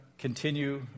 continue